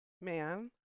man